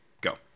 Go